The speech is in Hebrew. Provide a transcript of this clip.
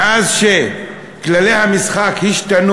מאז השתנו כללי המשחק,